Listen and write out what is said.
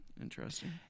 Interesting